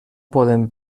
poden